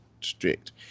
strict